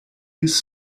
this